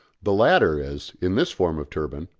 the latter is, in this form of turbine,